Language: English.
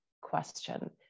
question